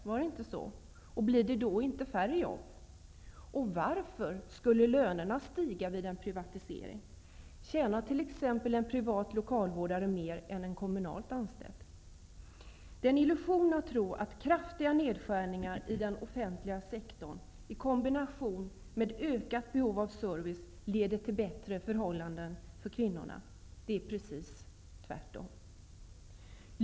Var det inte så? Blir det då inte färre jobb? Och varför skulle lönerna stiga vid en privatisering? Tjänar t.ex. en privat lokalvårdare mer än en kommunalt anställd? Det är en illusion att tro att kraftiga nedskärningar i den offentliga sektorn i kombination med ökat behov av service leder till bättre förhållanden för kvinnorna. Det är precis tvärtom.